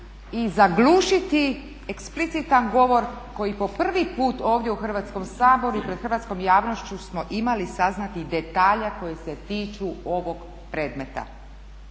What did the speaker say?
i zaglušiti eksplicitan govor koji po prvi put u ovdje u Hrvatskom saboru i pred hrvatskom javnošću smo imali saznati detalja koji se tiču ovog predmeta